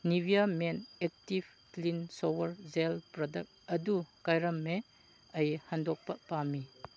Nivea men active cream shower gel product ꯑꯗꯨ ꯀꯥꯏꯔꯝꯃꯦ ꯑꯩ ꯍꯟꯗꯣꯛꯄ ꯄꯥꯝꯃꯤ